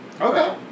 Okay